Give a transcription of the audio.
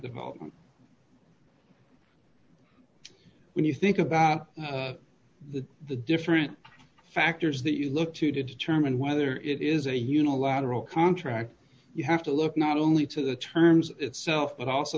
development when you think about the the different factors that you look to to determine whether it is a unilateral contract you have to look not only to the terms itself but also